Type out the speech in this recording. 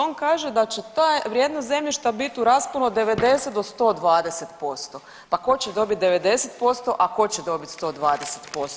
On kaže da će ta vrijednost zemljišta bit u rasponu od 90 do 120%, pa ko će dobit 90%, a ko će dobit 120%